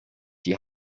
die